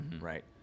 right